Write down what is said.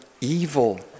evil